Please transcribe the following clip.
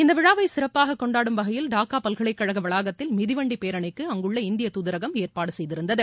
இந்த விழாவை சிற்ப்பாக கொண்டாடும் வகையில் டாக்கா பல்கலைக்கழக வளாகத்தில் மிதிவண்டி பேரணிக்கு அங்குள்ள இந்திய தூதரகம் ஏற்பாடு செய்திருந்தது